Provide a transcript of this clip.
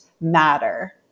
matter